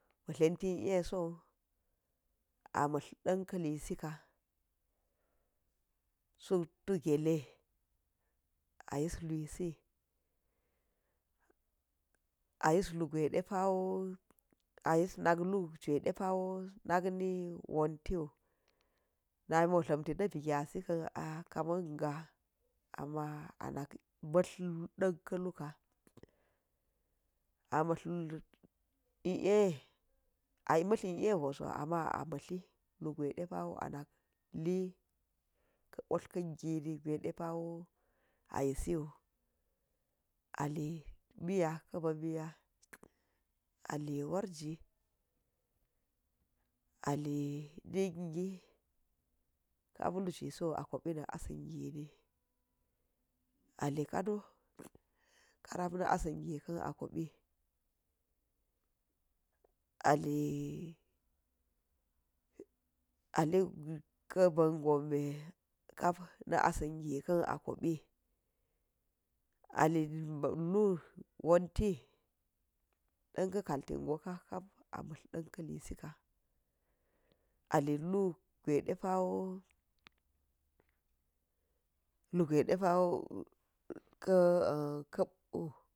Tla̱nti i, a so, a mtla̱r ɗan kalisika so tu gele ayis luisi, ayis lugwai ɗepa̱wo, ayis nak lujwai depawo nakni wonti wu, namiwo tla̱mti na bi gyazi ka̱n a ka̱ma̱n ga̱, amma ana̱k mtla̱r ɗan ka̱lu ka a mtla̱r i a, a mtlar i, a hoso amma a mtla̱tli, lugwai ɗepa̱wo ali ka potlir kan gini gwai ɗepa̱wo ayisiu ali miya, ka̱ ba̱n mya ali waji ali ningi, kap lu juisiwo a kopi a asa̱n gini, ali kanos karap na̱ asan gikan a kopi, ali ali ka̱ ba̱n gonɗe kapna̱ asangika̱n a kopi, ali lu wonti danka̱ kaltingo ka̱ kap a mtlar ɗanka̱li sika, ali gwai ɗepa̱wo, lugwai daapawo